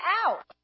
out